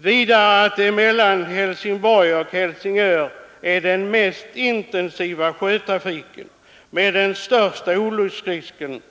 Vidare förekommer mellan Helsingborg och Helsingör den intensivaste sjötrafiken med den största olycksrisken.